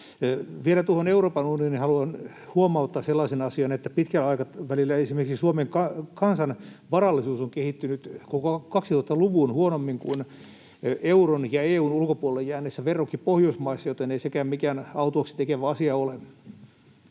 Vielä tuosta Euroopan unionista haluan huomauttaa sellaisen asian, että pitkällä aikavälillä esimerkiksi Suomen kansan varallisuus on kehittynyt koko 2000-luvun huonommin kuin euron ja EU:n ulkopuolelle jääneissä verrokki-Pohjoismaissa, joten ei sekään mikään autuaaksi tekevä asia ole.